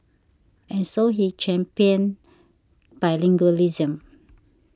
and so he championed bilingualism